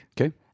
okay